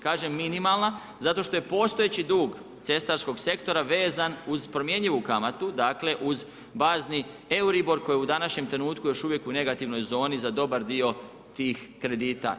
Kažem minimalna zato što je postojeći dug cestarskog sektora vezan uz promjenjivu kamatu dakle uz bazni EURIBOR koji u današnjem trenutku još uvijek u negativnoj zoni za dobar dio tih kredita.